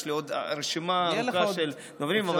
יש לי עוד רשימה ארוכה של דברים.